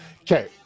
Okay